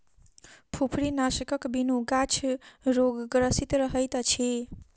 फुफरीनाशकक बिनु गाछ रोगग्रसित रहैत अछि